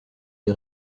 une